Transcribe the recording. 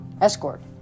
Escort